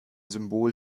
symbol